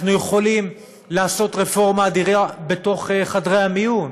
אנחנו יכולים לעשות רפורמה אדירה בתוך חדרי המיון,